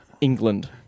England